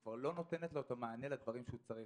כבר לא נותנת לו את המענה לדברים שהוא צריך.